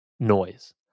Noise